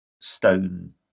stone